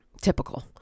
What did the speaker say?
Typical